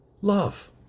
love